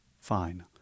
fine